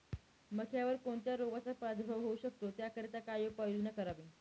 मक्यावर कोणत्या रोगाचा प्रादुर्भाव होऊ शकतो? त्याकरिता काय उपाययोजना करावी?